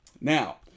Now